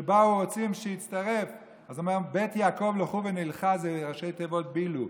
שרצו שיצטרף: בית יעקב לכו ונלכה זה ראשי תיבות ביל"ו.